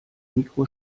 mikro